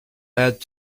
add